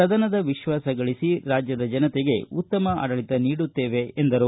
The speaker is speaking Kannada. ಸದನದ ವಿಶ್ವಾಸ ಗಳಿಸಿ ರಾಜ್ಯದ ಜನತೆಗೆ ಉತ್ತಮ ಆಡಳಿತ ನೀಡುತ್ತೇವೆ ಎಂದರು